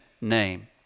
name